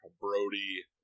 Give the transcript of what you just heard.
Brody